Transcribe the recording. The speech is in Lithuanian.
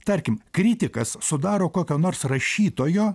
tarkim kritikas sudaro kokio nors rašytojo